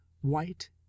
white